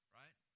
right